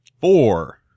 Four